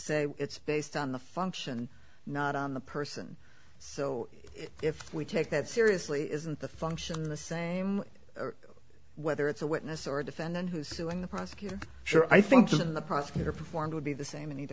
say it's based on the function not on the person so if we take that seriously isn't the function the same whether it's a witness or defendant who's doing the prosecutor sure i think the prosecutor performed would be the same